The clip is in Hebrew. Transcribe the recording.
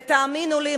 ותאמינו לי,